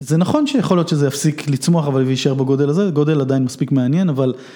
זה נכון שיכול להיות שזה יפסיק לצמוח אבל יישאר בגודל הזה גודל עדיין מספיק מעניין אבל.